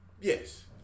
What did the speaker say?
Yes